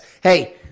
Hey